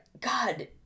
God